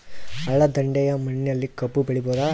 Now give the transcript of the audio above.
ಹಳ್ಳದ ದಂಡೆಯ ಮಣ್ಣಲ್ಲಿ ಕಬ್ಬು ಬೆಳಿಬೋದ?